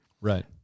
Right